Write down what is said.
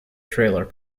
trailer